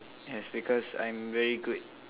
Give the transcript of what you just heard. yes because I'm very good